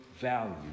value